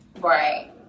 Right